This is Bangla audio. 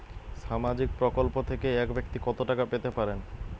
সামাজিক প্রকল্প থেকে এক ব্যাক্তি কত টাকা পেতে পারেন?